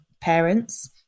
parents